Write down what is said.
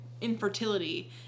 infertility